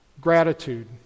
gratitude